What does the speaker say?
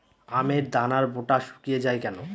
আমের দানার বোঁটা শুকিয়ে য়ায় কেন?